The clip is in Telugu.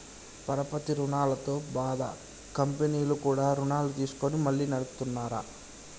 పరపతి రుణాలతో బాధ కంపెనీలు కూడా రుణాలు తీసుకొని మళ్లీ నడుపుతున్నార